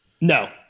No